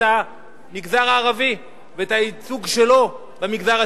המגזר הערבי ואת הייצוג שלו במגזר הציבורי.